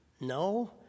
no